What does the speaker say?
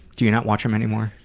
do you not watch em anymore?